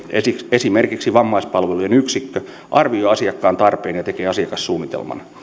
esimerkiksi vammaispalvelujen yksikkö arvioi asiakkaan tarpeen ja tekee asiakassuunnitelman